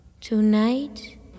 Tonight